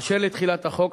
אשר לתחילת החוק,